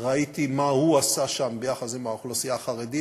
וראיתי מה הוא עשה שם עם האוכלוסייה החרדית,